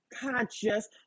conscious